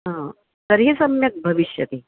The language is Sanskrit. हा तर्हि सम्यक् भविष्यति